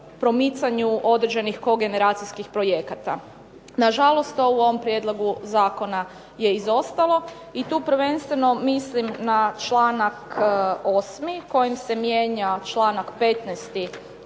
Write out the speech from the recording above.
promicanju određenih kogeneracijskih projekata. Na žalost to u ovom prijedlogu zakona je izostalo, i tu prvenstveno mislim na članak 8. kojim se mijenja članak 15.